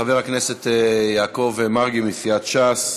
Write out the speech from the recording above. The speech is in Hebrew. חבר הכנסת יעקב מרגי מסיעת ש"ס.